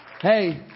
Hey